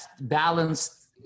balanced